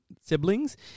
siblings